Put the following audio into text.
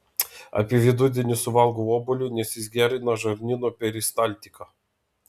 apie vidudienį suvalgau obuolį nes jis gerina žarnyno peristaltiką